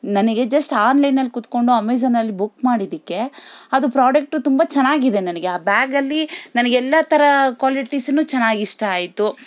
ನನಗೆ ಜಸ್ಟ್ ಆನ್ಲೈನಲ್ಲಿ ಕೂತ್ಕೊಂಡು ಅಮೇಝಾನಲ್ಲಿ ಬುಕ್ ಮಾಡಿದಕ್ಕೆ ಅದು ಪ್ರಾಡಕ್ಟು ತುಂಬ ಚೆನ್ನಾಗಿದೆ ನನಗೆ ಆ ಬ್ಯಾಗಲ್ಲಿ ನನಗೆಲ್ಲ ಥರ ಕ್ವಾಲಿಟಿಸು ಚೆನ್ನಾಗ್ ಇಷ್ಟ ಆಯಿತು